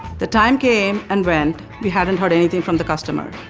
the time came and went. we hadn't heard anything from the customer.